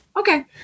Okay